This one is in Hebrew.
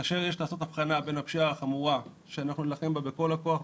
כאשר יש לעשות אבחנה בין הפשיעה החמורה שאנחנו נילחם בה בכל הכוח,